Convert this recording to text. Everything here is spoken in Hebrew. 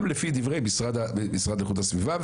גם לפי דברי המשרד לאיכות הסביבה.